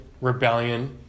rebellion